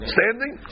Standing